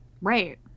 Right